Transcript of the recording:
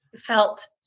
felt